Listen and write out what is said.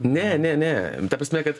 ne ne ne ta prasme kad